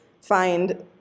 find